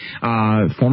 Former